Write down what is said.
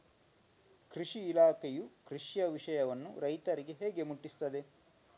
ಕೃಷಿ ಇಲಾಖೆಯು ಕೃಷಿಯ ವಿಷಯವನ್ನು ರೈತರಿಗೆ ಹೇಗೆ ಮುಟ್ಟಿಸ್ತದೆ?